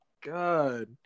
god